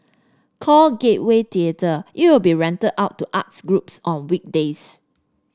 called Gateway Theatre it will be rented out to arts groups on weekdays